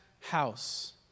house